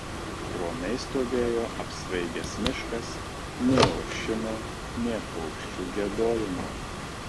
romiai stovėjo apsvaigęs miškas nė ošimo nė paukščių giedojimo